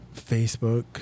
Facebook